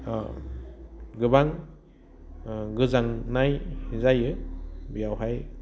गोबां गोजांनाय जायो बेयावहाय